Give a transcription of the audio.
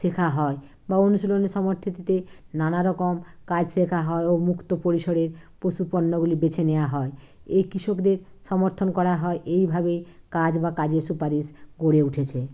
শেখা হয় বা অনুশীলন সমিতিতে নানা রকম কাজ শেখা হয় ও মুক্ত পরিসরে পশু পণ্যগুলি বেছে নেওয়া হয় এই কৃষকদের সমর্থন করা হয় এইভাবে কাজ বা কাজের সুপারিশ গড়ে উঠেছে